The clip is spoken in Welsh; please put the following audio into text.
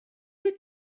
wyt